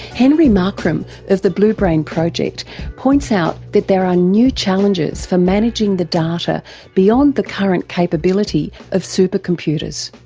henry markram of the blue brain project points out that there are new challenges for managing the data beyond the current capability of supercomputers.